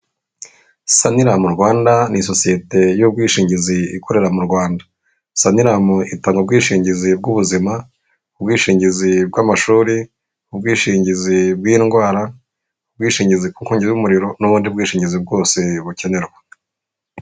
Saniramu Rwanda ni sosiyete y'ubwishingizi ikorera mu Rwanda, saniramu itanga ubwishingizi bw'ubuzima, ubwishingizi bw'amashuri, ubwishingizi bw'indwara, ubwishingizi ku nkongi y'umuriro n'ubundi bwishingizi bwose bukenerwa.